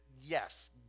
yes